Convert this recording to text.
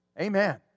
Amen